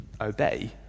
obey